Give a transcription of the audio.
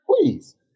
Please